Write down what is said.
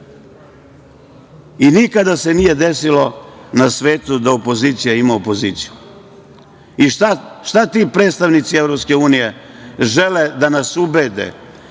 sebe. Nikada se nije desilo na svetu da opozicija ima opoziciju. I šta ti predstavnici EU žele da nas ubede?